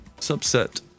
subset